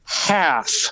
half